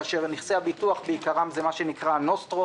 כאשר נכסי הביטוח בעיקרם זה מה שנקרא נוסטרו.